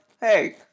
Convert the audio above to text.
Hey